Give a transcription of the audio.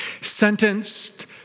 sentenced